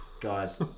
guys